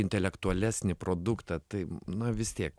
intelektualesnį produktą tai na vis tiek